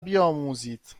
بیاموزید